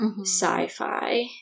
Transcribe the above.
sci-fi